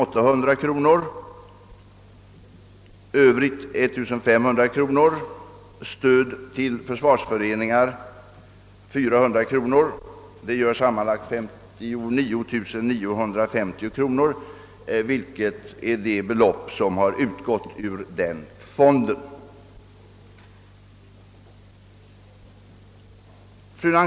Den är följande: Det blir sammanlagt 59 950 kronor, och det är det belopp som utgått ur den fonden.